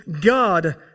God